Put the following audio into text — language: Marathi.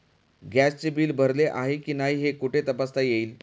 गॅसचे बिल भरले आहे की नाही हे कुठे तपासता येईल?